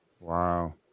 Wow